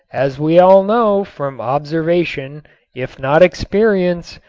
as we all know from observation if not experience,